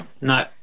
No